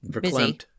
busy